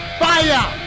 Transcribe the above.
fire